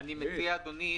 אדוני,